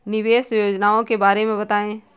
निवेश योजनाओं के बारे में बताएँ?